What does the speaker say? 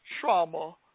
trauma